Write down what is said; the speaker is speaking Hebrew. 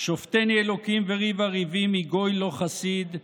"שפטני ה' וריבה ריבי מגוי לא חסיד,